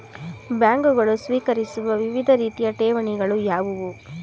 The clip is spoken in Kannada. ಬ್ಯಾಂಕುಗಳು ಸ್ವೀಕರಿಸುವ ವಿವಿಧ ರೀತಿಯ ಠೇವಣಿಗಳು ಯಾವುವು?